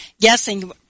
guessing